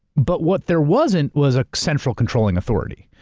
but what there wasn't was a central controlling authority,